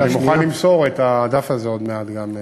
אני מוכן למסור את הדף עוד מעט, גם.